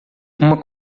uma